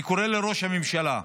אני קורא לראש הממשלה,